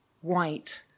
white